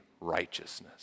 righteousness